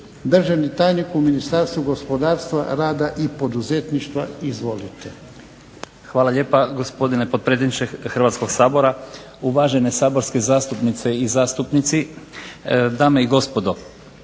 državni tajnik u Ministarstvu gospodarstva, rada i poduzetništva. Izvolite. **Bubić, Ivan** Hvala lijepa gospodine potpredsjedniče Hrvatskog sabora, uvažene saborske zastupnice i zastupnici, dame i gospodo.